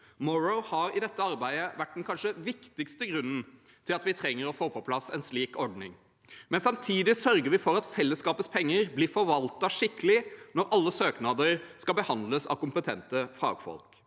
Morrow har i dette arbeidet kanskje vært den viktigste grunnen til at vi trenger å få plass en slik ordning. Samtidig sørger vi for at fellesskapets penger blir forvaltet skikkelig, når alle søknader skal behandles av kompetente fagfolk.